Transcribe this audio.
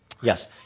Yes